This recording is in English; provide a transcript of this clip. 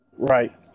Right